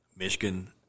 Michigan